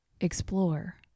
explore